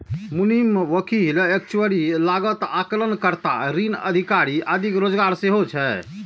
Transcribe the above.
मुनीम, वकील, एक्चुअरी, लागत आकलन कर्ता, ऋण अधिकारी आदिक रोजगार सेहो छै